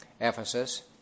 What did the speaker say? Ephesus